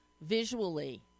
visually